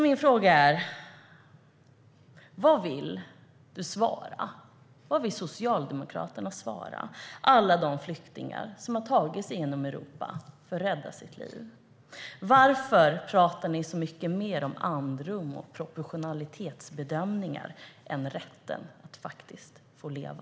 Mina frågor är: Vad vill Socialdemokraterna svara alla de flyktingar som har tagit sig genom Europa för att rädda sina liv? Varför pratar ni så mycket mer om andrum och proportionalitetsbedömningar än om rätten att faktiskt leva?